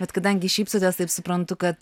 bet kadangi šypsotės taip suprantu kad